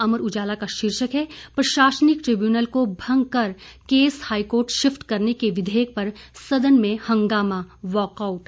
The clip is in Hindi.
अमर उजाला का शीर्षक है प्रशासनिक ट्रिब्यूनल को भंग कर केस हाईकोर्ट शिफट करने के विधयेक पर सदन में हंगामा वाकआउट